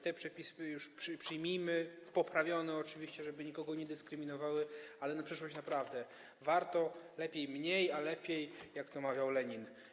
Te przepisy już przyjmijmy, poprawione oczywiście, żeby nikogo nie dyskryminowały, ale na przyszłość naprawdę warto lepiej mniej, a lepiej, jak to mawiał Lenin.